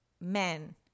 men